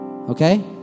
okay